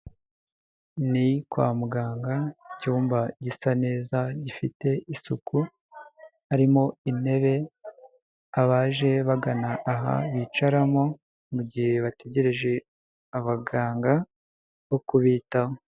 Ni kwa muganga, icyumba gisa neza gifite isuku, harimo intebe abaje bagana aha bicaramo, mu gihe bategereje abaganga bo kubitaho.